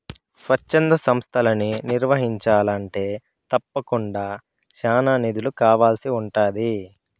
స్వచ్ఛంద సంస్తలని నిర్వహించాలంటే తప్పకుండా చానా నిధులు కావాల్సి ఉంటాది